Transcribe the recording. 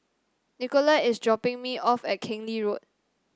Nicolette is dropping me off at Keng Lee Road